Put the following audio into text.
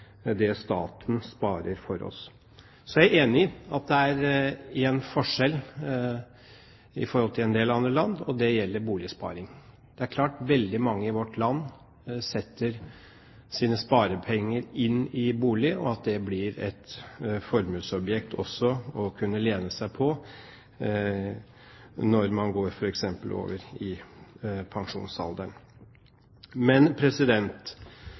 det staten sparer for oss. Så er jeg enig i at det er en forskjell i forhold til en del andre land, og det gjelder boligsparing. Det er klart at veldig mange i vårt land setter sine sparepenger inn i bolig, og det blir et formuesobjekt også å kunne lene seg på når man f.eks. går over i pensjonsalderen. Vi inngikk et forlik om dette med individuell pensjonssparing, men